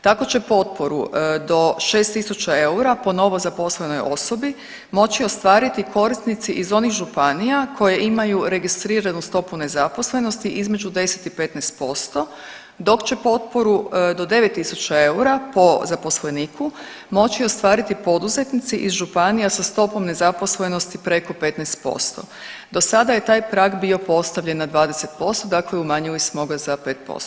Tako će potporu do 6.000 eura po novozaposlenoj osobi moći ostvariti korisnici iz onih županija koji imaju registriranu stopu nezaposlenosti između 10 i 15%, dok će potporu do 9.000 eura po zaposleniku moći ostvariti poduzetnici iz županija sa stopom nezaposlenosti preko 15%, do sada je taj prag bio postavljen na 20%, dakle umanjili smo ga za 5%